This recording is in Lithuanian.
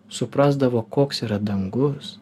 suprasdavo koks yra dangus